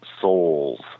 souls